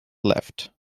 left